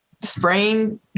spraying